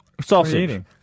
sausage